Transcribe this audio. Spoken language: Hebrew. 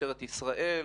משטרת ישראל,